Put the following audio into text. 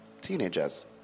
teenagers